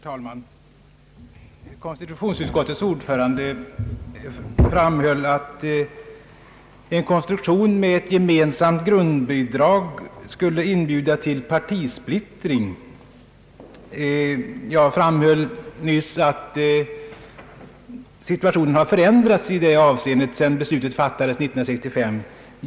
Herr talman! Konstitutionsutskottets ordförande anser att en konstruktion med ett gemensamt grundbidrag skulle inbjuda till partisplittring. Jag framhöll nyss att situationen har förändrats i det avseendet sedan beslutet fattades 1965.